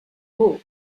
who